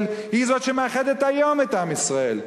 והיא זאת שמאחדת היום את עם ישראל.